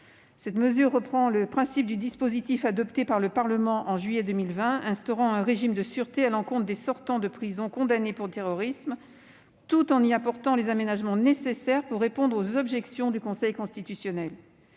Cette mesure reprend le principe du dispositif adopté par le Parlement en juillet 2020, instaurant un régime de sûreté à l'encontre des sortants de prison condamnés pour terrorisme, tout en y apportant les aménagements nécessaires pour répondre aux objections du Conseil constitutionnel.